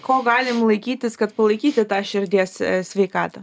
ko galim laikytis kad palaikyti tą širdies sveikatą